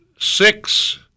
Six